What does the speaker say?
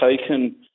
taken